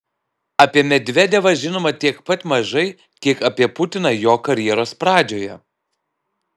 apie medvedevą žinoma tiek pat mažai kiek apie putiną jo karjeros pradžioje